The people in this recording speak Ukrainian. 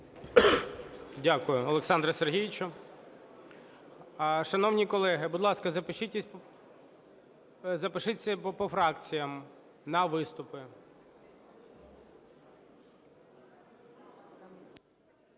Дякую, Олександре Сергійовичу. Шановні колеги, будь ласка, запишіться по фракціях на виступи.